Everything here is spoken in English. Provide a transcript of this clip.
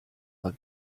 when